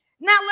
Now